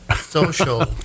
social